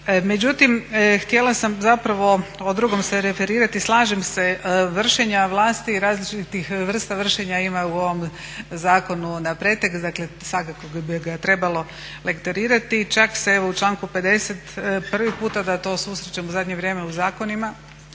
Međutim, htjela sam zapravo o drugom se referirati. Slažem se vršenja vlasti različitih vrsta vršenja ima u ovom zakonu na pretek. Dakle, svakako bi ga trebalo lektorirati. Čak se evo u članku 50. prvi puta da to susrećemo u zadnje vrijeme u zakonima